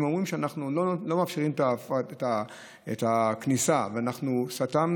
הם אומרים: אנחנו לא מאפשרים את הכניסה ואנחנו סתמנו,